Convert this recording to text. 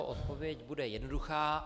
Odpověď bude jednoduchá: